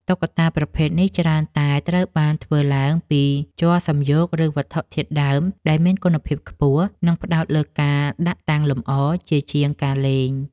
តុក្កតាប្រភេទនេះច្រើនតែត្រូវបានធ្វើឡើងពីជ័រសំយោគ ឬវត្ថុធាតុដើម ដែលមានគុណភាពខ្ពស់ និងផ្ដោតលើការដាក់តាំងលម្អជាជាងការលេង។